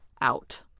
out